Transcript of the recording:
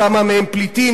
כמה מהם פליטים,